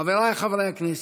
חבריי חברי הכנסת,